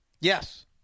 Yes